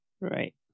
Right